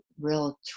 real